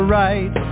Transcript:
right